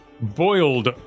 boiled